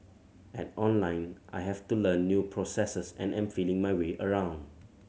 at Online I have to learn new processes and am feeling my way around